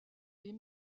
est